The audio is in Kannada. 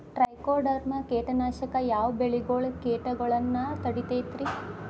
ಟ್ರೈಕೊಡರ್ಮ ಕೇಟನಾಶಕ ಯಾವ ಬೆಳಿಗೊಳ ಕೇಟಗೊಳ್ನ ತಡಿತೇತಿರಿ?